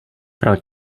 pro